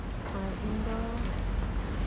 ᱟᱨ ᱤᱧ ᱫᱚ